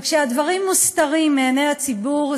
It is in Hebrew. וכשהדברים מוסתרים מעיני הציבור,